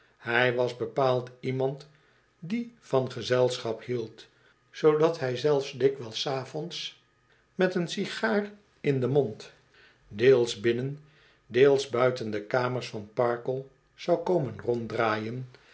hij was bepaald iemand die van gezelschap hield zoodat hij zelfs dikwijls s avonds met een sigaar in den mond deels binnen deels buiten de kamers van farkle zou komen ronddraaien